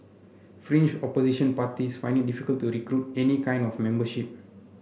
fringe opposition parties find it difficult to recruit any kind of membership